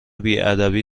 بیادبی